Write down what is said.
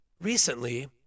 Recently